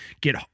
get